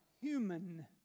human